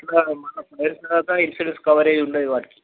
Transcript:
ఇంకా మనం పోయిన తర్వాత ఇన్సూరెన్స్ కవరేజ్ ఉండదు వాటికి